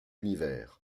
univers